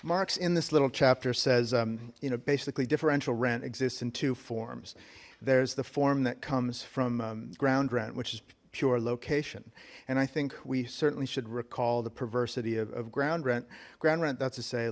marks in this little chapter says you know basically differential rent exists in two forms there's the form that comes from ground rent which is pure location and i think we certainly should recall the perversity of ground rent ground rent that's to say